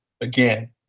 again